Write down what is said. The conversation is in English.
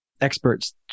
experts